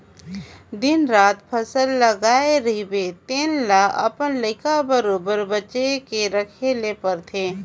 दिन रात फसल लगाए रहिबे तेन ल अपन लइका बरोबेर बचे के रखे ले परथे